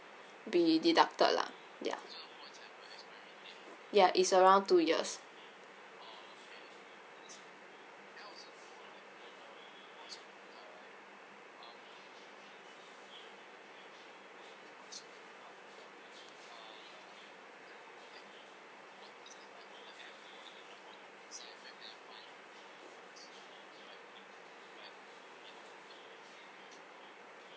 be deducted lah ya ya it's around two years